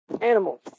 animals